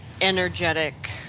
energetic